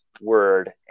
word